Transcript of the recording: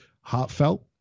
heartfelt